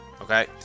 Okay